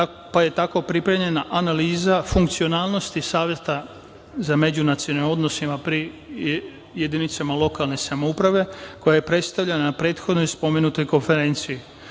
pa je tako pripremljena analiza funkcionalnosti Saveta za međunacionalne odnose pri jedinicama lokalne samouprave, koja je predstavljena na prethodnoj spomenutoj konferenciji. Sprovedeno